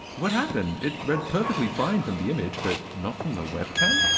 what happened? it read perfectly fine from the image but not from the webcam?